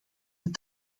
het